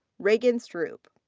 reagan stroup.